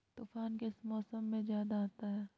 तूफ़ान किस मौसम में ज्यादा आता है?